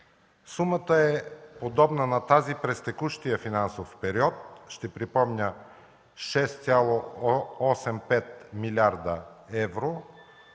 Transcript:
Сумата е подобна на тази през текущия финансов период. Ще припомня – 6,85 млрд. евро,